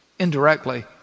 indirectly